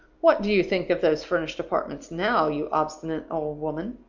what do you think of those furnished apartments now, you obstinate old woman?